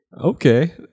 Okay